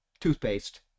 toothpaste